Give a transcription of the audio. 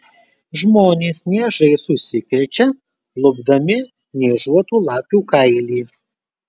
žmonės niežais užsikrečia lupdami niežuotų lapių kailį